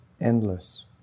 endless